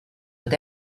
but